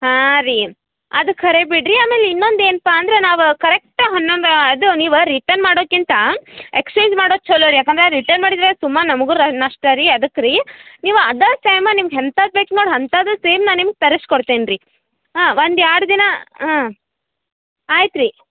ಹಾಂ ರೀ ಅದು ಖರೆ ಬಿಡಿರಿ ಆಮೇಲೆ ಇನ್ನೊಂದು ಏನಪ್ಪಾ ಅಂದರೆ ನಾವು ಕರೆಕ್ಟ್ ಹನ್ನೊಂದು ಅದು ನೀವು ರಿಟರ್ನ್ ಮಾಡೋಕ್ಕಿಂತ ಎಕ್ಸ್ಚೇಂಜ್ ಮಾಡೋದು ಚಲೋ ರೀ ಯಾಕಂದರೆ ರಿಟರ್ನ್ ಮಾಡಿದರೆ ಸುಮ್ಮ ನಮಗೂ ರ ನಷ್ಟ ರೀ ಅದಕ್ಕೆ ರೀ ನೀವು ಅದು ಸೇಮ್ ನಿಮ್ಗೆ ಎಂಥದ್ ಬೇಕು ನೋಡ್ರಿ ಅಂಥದು ಸೇಮ್ ನಾ ನಿಮ್ಗೆ ತರಿಸ್ಕೊಡ್ತೀನಿ ರೀ ಹಾಂ ಒಂದು ಎರಡು ದಿನ ಹಾಂ ಆಯ್ತು ರೀ